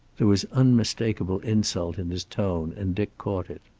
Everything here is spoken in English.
there was unmistakable insult in his tone, and dick caught it.